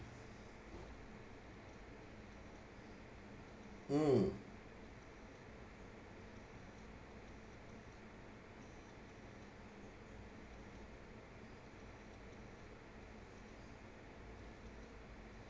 mm